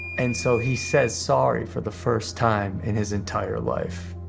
and so he says sorry for the first time in his entire life.